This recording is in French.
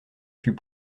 fut